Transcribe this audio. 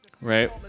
Right